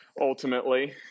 ultimately